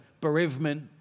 bereavement